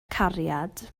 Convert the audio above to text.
cariad